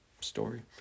story